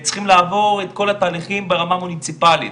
צריכים לעבור את כל התהליכים ברמה המוניציפלית.